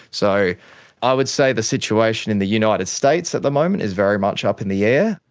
so i would say the situation in the united states at the moment is very much up in the air,